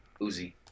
Uzi